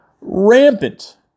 rampant